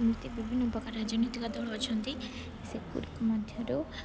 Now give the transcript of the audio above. ଏମିତି ବିଭିନ୍ନ ପ୍ରକାର ରାଜନୈତିକ ଦଳ ଅଛନ୍ତି ସେଗୁଡ଼ିକ ମଧ୍ୟରୁ